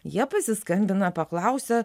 jie pasiskambina paklausia